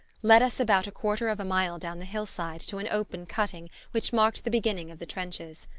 led us about a quarter of a mile down the hillside to an open cutting which marked the beginning of the trenches.